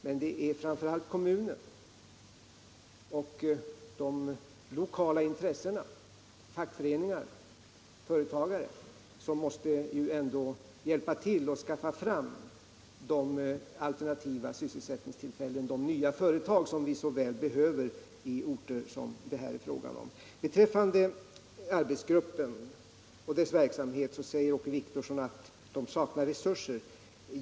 Men det är framför allt kommunen och de lokala intressena, t.ex. fackföreningar och företagare, som måste hjälpa till och skaffa fram de alternativa sysselsättningstillfällena — de nya företag vi så väl behöver i dessa orter. Beträffande arbetsgruppen säger Åke Wictorsson att den saknar resurser.